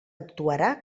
actuarà